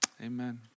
Amen